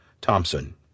Thompson